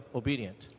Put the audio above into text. obedient